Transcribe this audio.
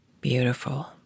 Beautiful